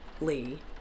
Lee